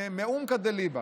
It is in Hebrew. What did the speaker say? מעומקא דליבא,